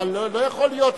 אבל לא יכול להיות,